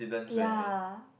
ya